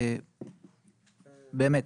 באמת,